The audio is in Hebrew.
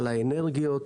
על האנרגיות,